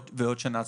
עוד שנה הצלחה.